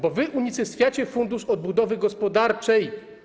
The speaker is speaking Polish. Bo wy unicestwiacie fundusz odbudowy gospodarczej.